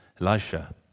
Elisha